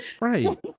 right